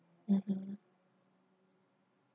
mmhmm